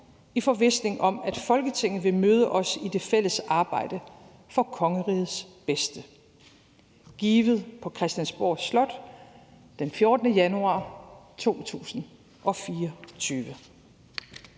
i forvisning om, at Folketinget vil møde Os i det fælles arbejde for kongerigets bedste. Givet på Christiansborg Slot, den 14. januar 2024.